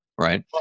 right